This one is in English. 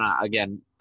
again